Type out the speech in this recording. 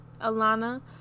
alana